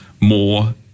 more